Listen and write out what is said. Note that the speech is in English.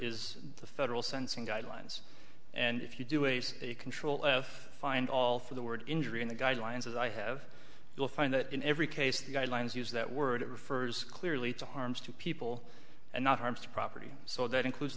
is the federal sentencing guidelines and if you do ace the control of find all for the word injury in the guidelines i have you'll find that in every case the guidelines use that word it refers clearly to harms to people and not harms to property so that includes